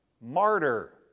Martyr